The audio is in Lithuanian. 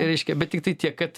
reiškia bet tiktai tiek kad